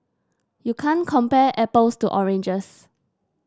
you can't compare apples to oranges